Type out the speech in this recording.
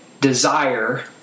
desire